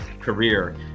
career